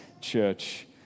church